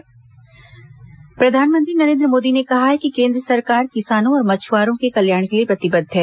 प्रधानमंत्री प्रधानमंत्री नरेन्द्र मोदी ने कहा है कि केंद्र सरकार किसानों और मछुआरों के कल्याण के लिए प्रतिबद्ध है